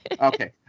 Okay